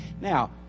Now